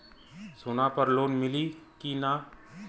सोना पर लोन मिली की ना?